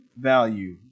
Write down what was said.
value